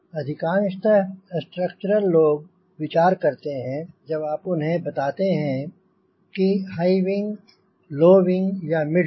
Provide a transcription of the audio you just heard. अधिकांश स्ट्रक्चरल लोग विचार करते हैं जब आप उन्हें बताते हैं कि हाईविंग लो विंग या मिड विंग